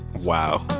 wow.